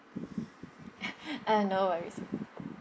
uh no worries